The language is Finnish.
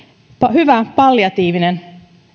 hyvä palliatiivinen